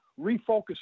refocus